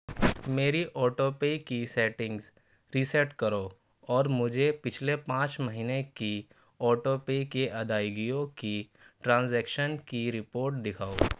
میری auto pay کی settings reset کرو اور مجھے پچھلے پانچ مہینے کی آٹو پے کی ادائیگیوں کی ٹرانزیکشن کی رپوٹ دکھاؤ